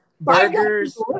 Burgers